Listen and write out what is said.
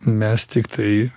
mes tiktai